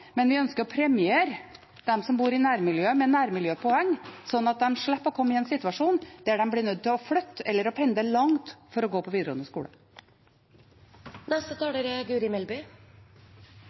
men vi ønsker å premiere dem som bor i nærmiljøet med nærmiljøpoeng, slik at de slipper å komme i en situasjon der de blir nødt til å flytte eller pendle langt for å gå på videregående skole. Det er